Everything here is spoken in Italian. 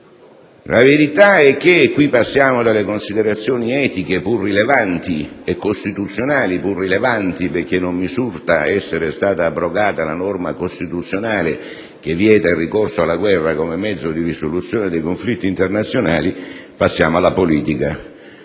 La verità è - e qui passiamo dalle considerazioni etiche e costituzionali, pur rilevanti, alla politica, perché non risulta essere stata abrogata la norma costituzionale che vieta il ricorso alla guerra come mezzo di risoluzione dei conflitti internazionali - che alcuni